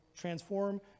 transform